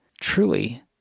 truly